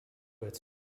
its